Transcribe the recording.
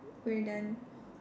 we're done